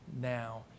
now